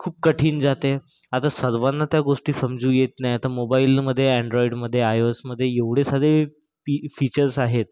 खूप कठीण जाते आता सर्वांना त्या गोष्टी समजून येत नाही आता मोबाईलमध्ये अँन्ड्रॉईडमध्ये आय ओ एसमध्ये एवढे सारे पी फीचर्स आहेत